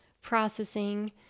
processing